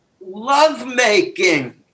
lovemaking